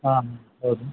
ಹಾಂ ಹೌದು